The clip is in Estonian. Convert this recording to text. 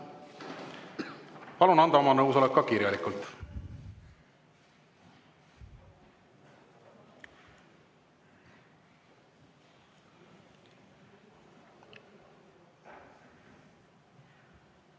Palun anda oma nõusolek ka kirjalikult.